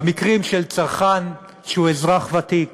במקרים של צרכן שהוא אזרח ותיק